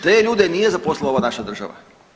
Te ljude nije zaposlila ova naša država.